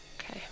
Okay